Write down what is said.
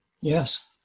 Yes